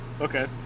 Okay